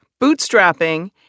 bootstrapping